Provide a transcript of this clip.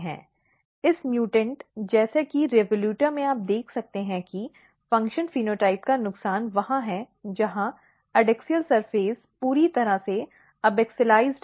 इस म्युटेंट जैसे कि revoluta में आप देख सकते हैं कि फ़ंक्शन फेनोटाइप का नुकसान वहां है जहां एडैक्सियल सतह पूरी तरह से एबाक्सिअलिजॅड है